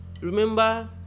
Remember